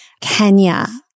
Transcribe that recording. Kenya